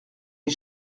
ait